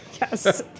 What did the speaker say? Yes